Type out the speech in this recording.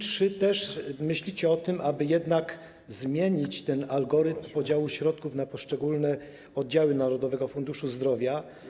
Czy myślicie o tym, aby jednak zmienić ten algorytm podziału środków na poszczególne oddziały Narodowego Funduszu Zdrowia?